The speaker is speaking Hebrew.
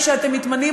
כשאתם מתמנים,